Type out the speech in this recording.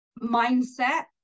mindset